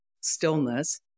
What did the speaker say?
stillness